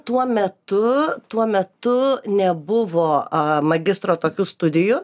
tuo metu tuo metu nebuvo a magistro tokių studijų